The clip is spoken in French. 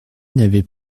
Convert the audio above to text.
n’avait